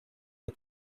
the